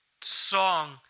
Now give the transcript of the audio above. song